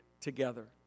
together